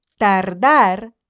tardar